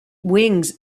wings